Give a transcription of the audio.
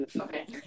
Okay